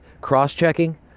cross-checking